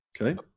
Okay